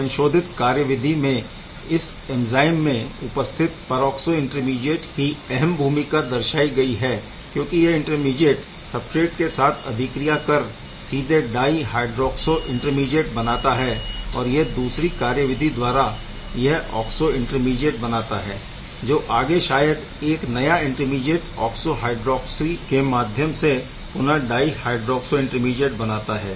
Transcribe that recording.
यह संशोधित कार्यविधि में इस एंज़ाइम में उपस्थित परऑक्सो इंटरमीडीएट की अहम भूमिका दर्शाइ गई है क्योंकि यह इंटरमीडीएट सबस्ट्रेट के साथ अभिक्रिया कर सीधे डाय हाइड्रोक्सो इंटरमीडीएट बनाता है और या दूसरी कार्यविधि द्वारा यह ऑक्सो इंटरमीडीएट बनाता है जो आगे शायद एक नया इंटरमीडीएट ऑक्सो हायड्रोक्सी के माध्यम से पुनः डाय हायड्रोक्सो इंटरमीडीएट बनाता है